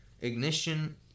Ignition